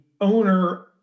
owner